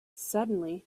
suddenly